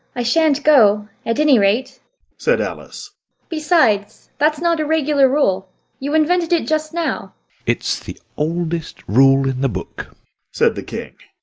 i shan't go, at any rate said alice besides, that's not a regular rule you invented it just now it's the oldest rule in the book said the king.